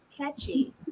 catchy